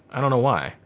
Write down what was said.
i don't know why.